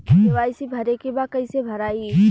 KYC भरे के बा कइसे भराई?